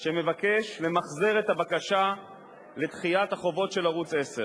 שמבקש למחזר את הבקשה לדחיית החובות של ערוץ-10.